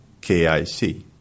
KIC